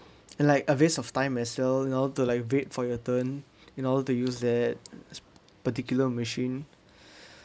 and like a waste of time as well you know to like for your turn in order to use that particular machine